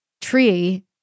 tree